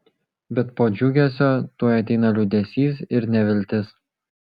bet po džiugesio tuoj ateina liūdesys ir neviltis